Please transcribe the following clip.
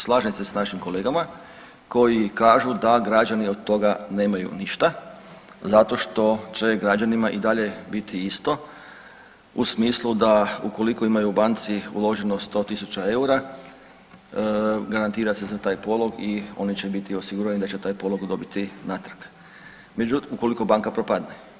Slažem se s našim kolegama koji kažu da građani od toga nemaju ništa zato što će građanima i dalje biti isto u smislu da ukoliko imaju u banci uloženo 100 tisuća eura, garantira se za taj polog i oni će biti osigurani da će taj polog dobiti i natrag, ukoliko banka propadne.